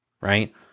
right